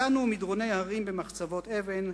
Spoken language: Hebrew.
פצענו מדרוני הרים במחצבות אבן.